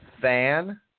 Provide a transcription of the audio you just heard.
fan